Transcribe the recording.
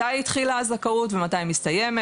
מתי התחילה הזכאות ומתי היא מסתיימת?